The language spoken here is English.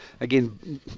again